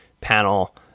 panel